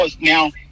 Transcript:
now